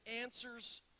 answers